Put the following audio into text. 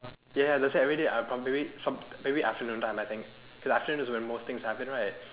ya that's why everyday I probably maybe afternoon I think cause afternoon is when most things happen right